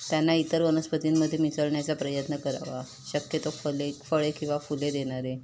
त्यांना इतर वनस्पतींमध्ये मिसळण्याचा प्रयत्न करावा शक्यतो फले फळे किंवा फुले देणारे